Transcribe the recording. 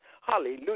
Hallelujah